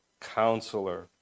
Counselor